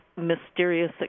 mysterious